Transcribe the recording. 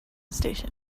station